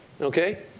Okay